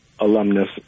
alumnus